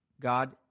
God